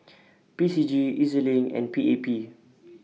P C G E Z LINK and P A P